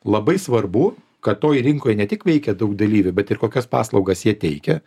labai svarbu kad toj rinkoj ne tik veikia daug dalyvių bet ir kokias paslaugas jie teikia